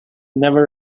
never